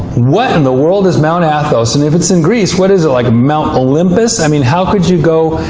what in the world is mt. athos? and if it's in greece, what is it, like mt. olympus? i mean, how could you go,